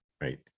Right